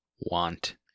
Want